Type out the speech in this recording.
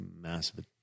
massive